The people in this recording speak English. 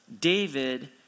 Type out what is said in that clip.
David